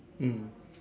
mm